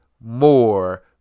more